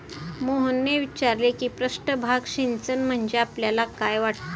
मोहनने विचारले की पृष्ठभाग सिंचन म्हणजे आपल्याला काय वाटते?